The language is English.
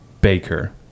Baker